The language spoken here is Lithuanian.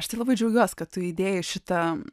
aš tai labai džiaugiuosi kad tu įdėjai į šitą